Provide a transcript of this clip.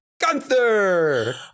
Gunther